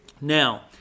Now